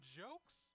jokes